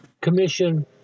Commission